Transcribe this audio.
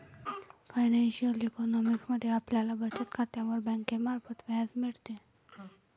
financial economics मध्ये आपल्याला बचत खात्यावर बँकेमार्फत व्याज मिळते